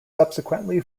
subsequently